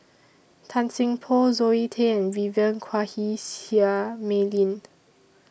Tan Seng Poh Zoe Tay and Vivien Quahe Seah Mei Lin